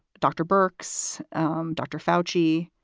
dr. burke's um dr. foushee.